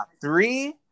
Three